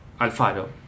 Alfaro